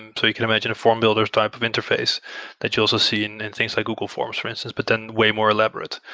and so you can imagine a form builder's type of interface that you also see in and things like google forms for instance, but then way more elaborate,